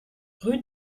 rue